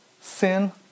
sin